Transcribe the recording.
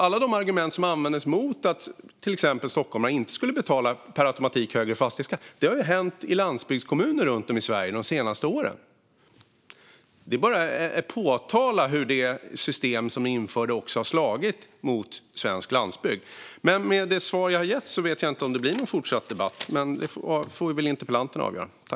Alla de argument som användes mot att till exempel stockholmarna per automatik inte skulle betala högre fastighetsskatt har ju gällt i landsbygdskommuner runt om i Sverige de senaste åren. Jag vill bara påtala hur det system som Moderaterna införde har slagit mot svensk landsbygd. Med det svar som jag har gett vet jag inte om det blir någon fortsatt debatt. Detta får interpellanterna avgöra.